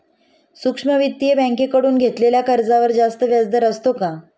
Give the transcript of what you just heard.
सूक्ष्म वित्तीय बँकेकडून घेतलेल्या कर्जावर जास्त व्याजदर असतो का?